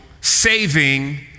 saving